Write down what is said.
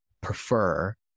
prefer